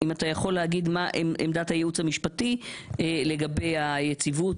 אם אתה יכול להגיד מה עמדת הייעוץ המשפטי לגבי היציבות,